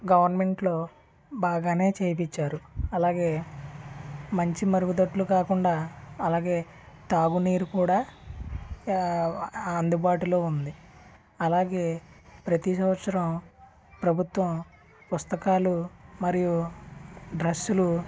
గవర్నమెంట్లో బాగానే చేపించారు అలాగే మంచి మరుగుదొడ్లు కాకుండా అలాగే తాగునీరు కూడా అందుబాటులో ఉంది అలాగే ప్రతి సంవత్సరం ప్రభుత్వం పుస్తకాలు మరియు డ్రస్సులు